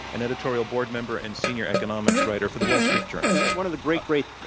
an editorial board member and senior economics writer for the wall street journal. one of the great, great